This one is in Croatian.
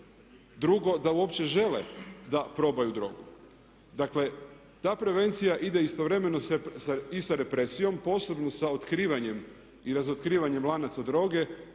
drugo da uopće žele da probaju drogu. Dakle, ta prevencija ide istovremeno i sa represijom, posebno sa otkrivanjem i razotkrivanjem lanaca droge